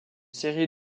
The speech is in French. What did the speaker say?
série